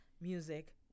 music